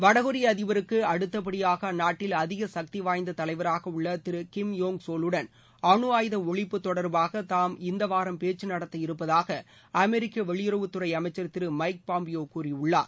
வடகொரிய அதிபருக்கு அடுத்தபடியாக அந்நாட்டில் அதிக சக்திவாய்ந்த தலைவராக உள்ள திரு கிம் யோங் சோலுடன் அனுஆயுத ஒழிப்பு தொடர்பாக தாம் இந்த வாரம் பேச்சுநடத்த இருப்பதாக அமெரிக்க வெளியுறவுத்துறை அமைச்சர் திரு மைக் பாம்பியோ கூறியுள்ளார்